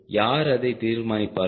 யார் அதை தீர்மானிப்பார்கள்